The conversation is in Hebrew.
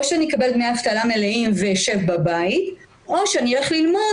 או שאני אקבל דמי אבטלה מלאים ואשב בבית או שאני אלך ללמוד